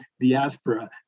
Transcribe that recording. diaspora